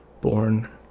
Born